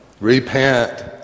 repent